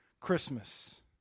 Christmas